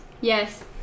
Yes